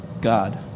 God